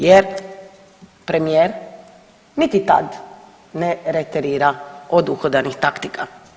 Jer premijer niti tad ne reterira od uhodanih taktika.